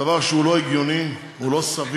דבר שהוא לא הגיוני, הוא לא סביר.